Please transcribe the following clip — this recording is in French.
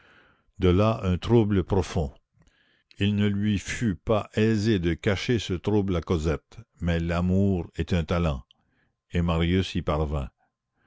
de là un trouble profond il ne lui fut pas aisé de cacher ce trouble à cosette mais l'amour est un talent et marius y